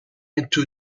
into